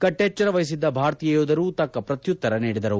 ಕಟ್ಟೆಚ್ಚರ ವಹಿಸಿದ್ದ ಭಾರತೀಯ ಯೋಧರು ತಕ್ಕ ಪ್ರತ್ಯುತ್ತರ ನೀಡಿದರು